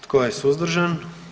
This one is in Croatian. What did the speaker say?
Tko je suzdržan?